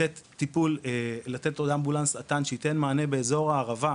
לתת עוד אט"ן, שייתן מענה באזור הערבה,